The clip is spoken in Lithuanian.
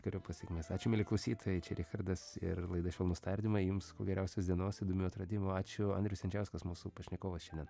keriopos sėkmės ačiū mieli klausytojai čia richardas ir laida švelnūs tardymai jums kuo geriausios dienos įdomių atradimų ačiū andrius jančiauskas mūsų pašnekovas šiandien